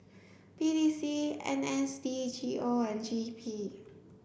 P T C N S D G O and G E P